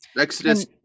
Exodus